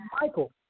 Michael